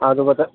ہاں تو بتا